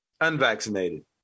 unvaccinated